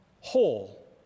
whole